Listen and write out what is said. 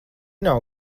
nav